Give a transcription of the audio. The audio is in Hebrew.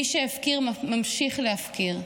מי שהפקיר, ממשיך להפקיר.